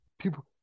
people